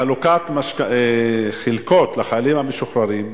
חלוקת חלקות לחיילים המשוחררים,